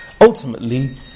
Ultimately